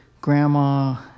grandma